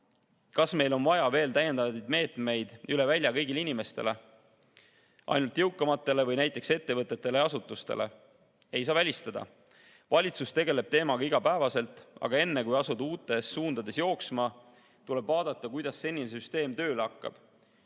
Kas meil on vaja veel täiendavaid meetmeid üle välja kõigile inimestele, ainult jõukamatele või näiteks ettevõtetele ja asutustele? Ei saa välistada. Valitsus tegeleb teemaga igapäevaselt, aga enne kui asuda uutes suundades jooksma, tuleb vaadata, kuidas senine süsteem tööle hakkab.